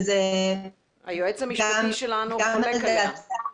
היועץ המשפטי שלנו חולק עליה.